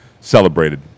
celebrated